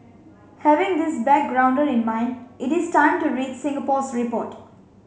having this backgrounder in mind it is time to read Singapore's report